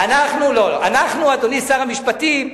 אדוני שר המשפטים,